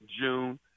June